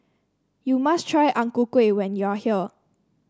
you must try Ang Ku Kueh when you are here